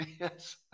Yes